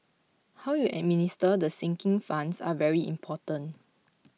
how you administer the sinking funds are very important